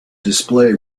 display